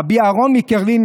רבי אהרון מקרלין,